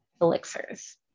elixirs